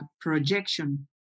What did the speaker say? projection